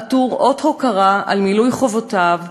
עטור אות הוקרה על מילוי חובותיו,